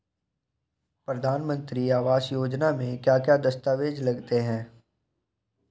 प्रधानमंत्री आवास योजना में क्या क्या दस्तावेज लगते हैं?